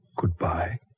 Goodbye